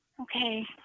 Okay